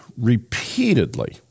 repeatedly